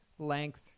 length